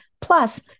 plus